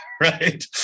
right